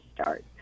start